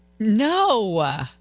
No